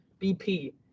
BP